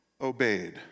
obeyed